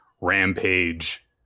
rampage